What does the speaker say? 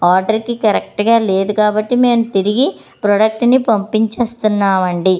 ఆర్డర్కి కరెక్ట్గా లేదు కాబట్టి మేము తిరిగి ప్రోడక్ట్ని పంపించేస్తున్నాం అండి